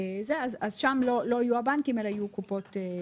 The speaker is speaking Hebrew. שם לא יהיו הבנקים אלא יהיו קופות הגמל.